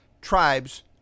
tribes